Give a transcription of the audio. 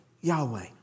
Yahweh